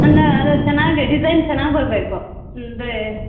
ಅನ್ನಾ ಅದು ಚೆನ್ನಾಗಿ ಡಿಸೈನ್ ಚೆನ್ನಾಗಿ ಬರಬೇಕು ಅಂದರೆ